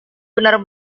benar